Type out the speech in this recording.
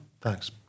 Thanks